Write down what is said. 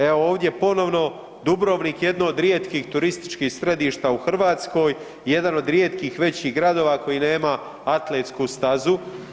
Evo ovdje ponovno Dubrovnik jedno od rijetkih turističkih središta u Hrvatskoj i jedan od rijetkih većih gradova koji nema atletsku stazu.